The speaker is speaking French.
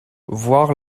voir